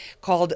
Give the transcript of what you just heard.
called